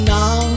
now